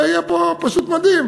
ויהיה פה פשוט מדהים.